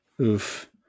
oof